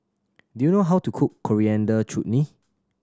do you know how to cook Coriander Chutney